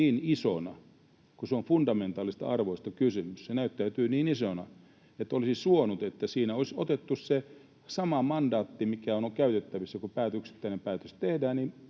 niin isona, kun on fundamentaalisista arvoista kysymys. Se näyttäytyy niin isona, että olisi suonut, että siinä olisi otettu se sama mandaatti, mikä on käytettävissä. Kun yhteinen päätös tehdään,